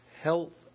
health